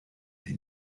they